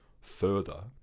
further